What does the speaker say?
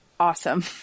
Awesome